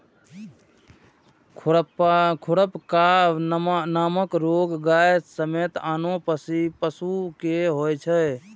खुरपका नामक रोग गाय समेत आनो पशु कें होइ छै